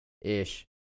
ish